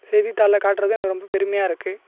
செய்தித்தாளில் காட்டுறது எனக்கு ரொம்ப பெருமையாருக்குது